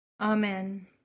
Amen